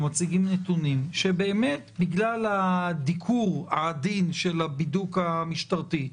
או מציגים נתונים שבגלל הדיקור העדין של הבידוק המשטרתי,